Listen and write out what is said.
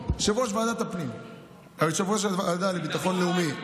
יושב-ראש הוועדה לביטחון לאומי,